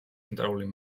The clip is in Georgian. ცენტრალური